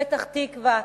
פתח-תקווה,